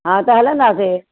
हा त हलंदासे